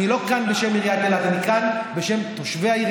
לכן אני שואל: למה אילת,